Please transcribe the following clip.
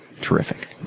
terrific